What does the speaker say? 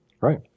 Right